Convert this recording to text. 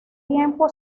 tiempo